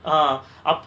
uh